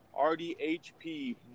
RDHP